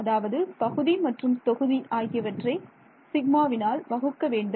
அதாவது பகுதி மற்றும் தொகுதி ஆகியவற்றை சிக்மாவினால் வகுக்க வேண்டும்